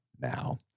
now